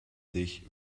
sich